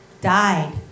died